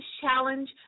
challenge